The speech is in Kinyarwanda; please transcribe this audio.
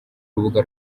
rubuga